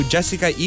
Jessica